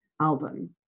album